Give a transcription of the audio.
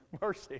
Mercy